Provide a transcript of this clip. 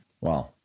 Wow